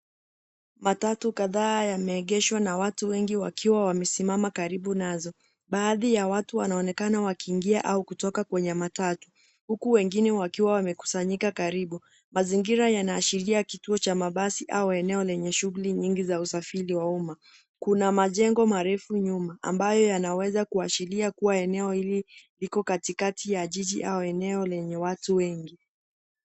Matatu kadhaa yameegeshwa na watu wengi wakiwa wamesimama karibu nazo. Baadhi ya watu wanaonekana wakiingia au kutoka kwenye matatu, huku wengine wakiwa wamekusanyika karibu. Mazingira yanaashiria kituo cha basi au eneo lenye shughuli nyingi za usafiri wa umma. Kuna majengo marefu nyuma ambayo yanaweza kuashiria kuwa eneo hili iko katikati ya jiji au eneo lenye watu wengi.